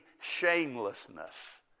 shamelessness